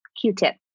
Q-tip